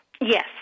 Yes